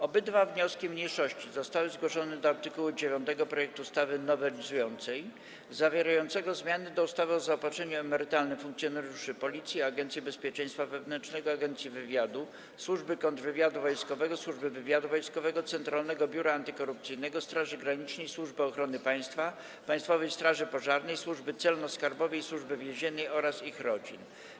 Obydwa wnioski mniejszości zostały zgłoszone do art. 9 projektu ustawy nowelizującej zawierającego zmiany do ustawy o zaopatrzeniu emerytalnym funkcjonariuszy Policji, Agencji Bezpieczeństwa Wewnętrznego, Agencji Wywiadu, Służby Kontrwywiadu Wojskowego, Służby Wywiadu Wojskowego, Centralnego Biura Antykorupcyjnego, Straży Granicznej, Służby Ochrony Państwa, Państwowej Straży Pożarnej, Służby Celno-Skarbowej i Służby Więziennej oraz ich rodzin.